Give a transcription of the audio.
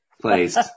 place